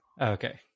Okay